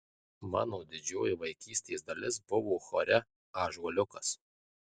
mano didžioji vaikystės dalis buvo chore ąžuoliukas